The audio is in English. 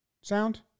sound